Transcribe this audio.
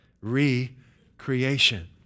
Recreation